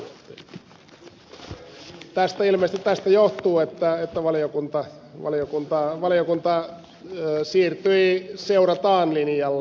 ilmeisesti tästä johtuu että valiokunta siirtyi seurataan linjalle